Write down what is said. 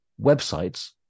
websites